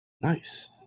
Nice